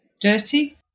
dirty